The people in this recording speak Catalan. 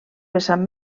vessant